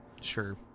Sure